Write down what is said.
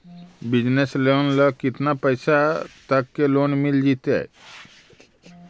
Business loan ल केतना पैसा तक के लोन मिल जितै?